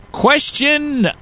Question